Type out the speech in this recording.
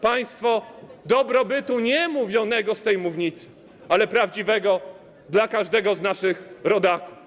Państwo dobrobytu, nie mówionego z tej mównicy, ale prawdziwego dla każdego z naszych rodaków.